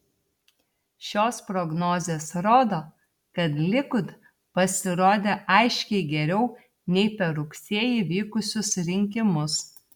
šios prognozės rodo kad likud pasirodė aiškiai geriau nei per rugsėjį vykusius rinkimus